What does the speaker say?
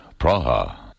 Praha